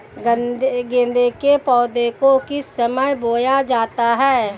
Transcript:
गेंदे के पौधे को किस समय बोया जाता है?